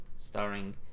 starring